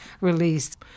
released